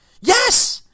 Yes